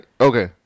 Okay